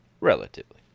relatively